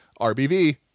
RBV